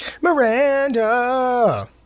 Miranda